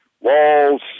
walls